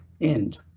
end